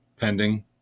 pending